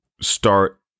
start